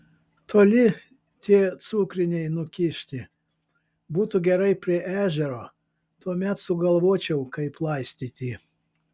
toli tie cukriniai nukišti būtų gerai prie ežero tuomet sugalvočiau kaip laistyti